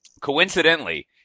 coincidentally